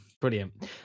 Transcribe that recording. Brilliant